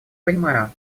понимаю